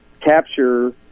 capture